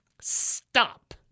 stop